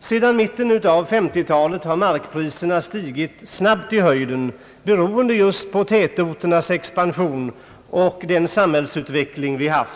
Sedan mitten av 1950-talet har markpriserna stigit snabbt i höjden beroende just på tätorternas expansion och samhällsutvecklingen.